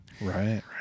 Right